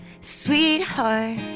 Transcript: Sweetheart